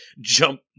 jump